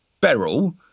Beryl